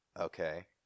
Okay